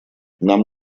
нам